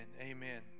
amen